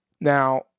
Now